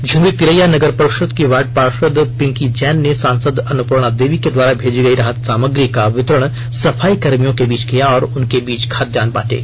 झुमरी तिलैया नगर परिषद की वार्ड पार्षद पिंकी जैन ने सांसद अन्नपूर्णा देवी के द्वारा भेजे गए राहत सामग्री का वितरण सफाई कर्मियों के बीच किया और उनके बीच खाद्यान्न बांटे